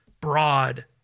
broad